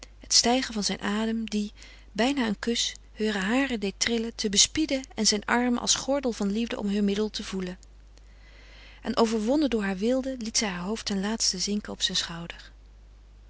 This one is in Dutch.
het stijgen van zijn adem die bijna een kus heure haren deed trillen te bespieden en zijn arm als gordel van liefde om heur middel te voelen en overwonnen door haar weelde liet zij haar hoofd ten laatste zinken op zijn schouder